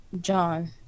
John